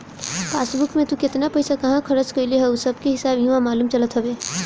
passbook में तू केतना पईसा कहवा खरच कईले हव उ सबकअ हिसाब इहवा मालूम चलत हवे